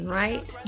right